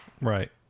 right